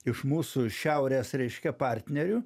iš mūsų šiaurės reiškia partnerių